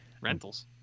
rentals